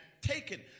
taken